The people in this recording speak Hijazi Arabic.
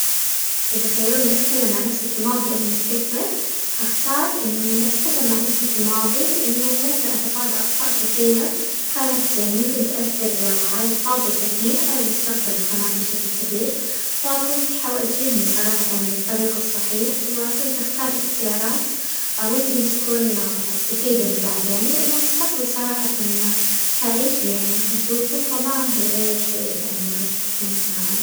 اذا خيروني اتكلم مع نفسي في الماضي او المستقبل، هختار اني اتكلم مع نفسي في الماضي، لانه ممكن اتفادى اخطاء كثيرة كانت يعني ممكن تأثر على الحاضر دحين وعلى المستقبل كمان بشكل كبير، فكنت حوجهني صراحة للطريق الصحيح، وكنت اختار اختيارات ممكن تكون تفيدني بعدين لانه المستقبل صراحة حعيشه يعني وحشوفه، فما حيغير شي اذا انا رحت كلمت معايا.